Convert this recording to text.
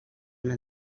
una